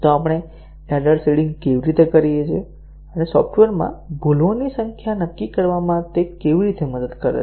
તો આપણે error seeding કેવી રીતે કરીએ છીએ અને સોફ્ટવેરમાં ભૂલોની સંખ્યા નક્કી કરવામાં તે કેવી રીતે મદદ કરે છે